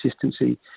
consistency